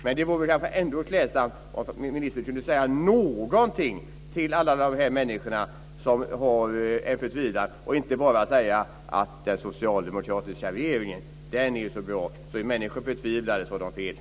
Men det vore ändå klädsamt om ministern kunde säga någonting till alla de människor som är förtvivlade i stället för att bara säga att den socialdemokratiska regeringen är så bra och att människor har fel om de är förtvivlade.